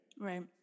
right